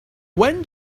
when